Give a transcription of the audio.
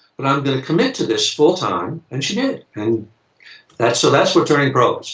but i'm gonna commit to this full time, and she did. and that. so that's what turning pro is.